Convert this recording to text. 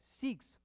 seeks